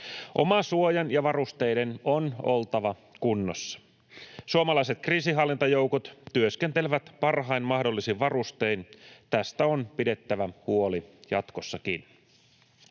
Omasuojan ja varusteiden on oltava kunnossa. Suomalaiset kriisinhallintajoukot työskentelevät parhain mahdollisin varustein. Tästä on pidettävä huoli jatkossakin.